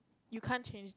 you can't change